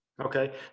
Okay